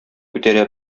күтәрә